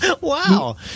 Wow